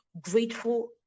grateful